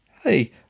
hey